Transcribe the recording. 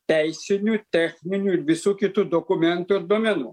teisinių techninių ir visų kitų dokumentų ir duomenų